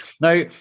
Now